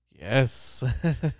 Yes